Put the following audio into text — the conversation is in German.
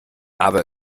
aber